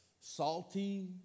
salty